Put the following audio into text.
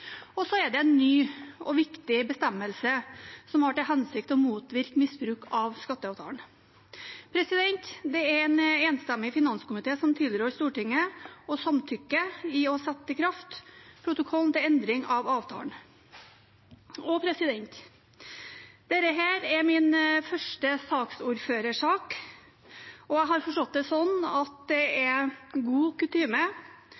og så er det en ny og viktig bestemmelse, som har til hensikt å motvirke misbruk av skatteavtalen. Det er en enstemmig finanskomité som tilrår Stortinget å samtykke i å sette i kraft protokollen til endring av avtalen. Dette er min første saksordførersak. Jeg har forstått det sånn at det